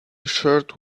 shirt